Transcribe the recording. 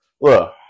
look